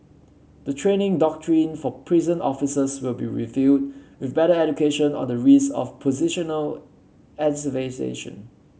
the training doctrine for prison officers will be reviewed with better education on the risk of positional asphyxiation